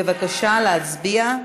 בבקשה, להצביע.